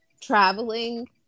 traveling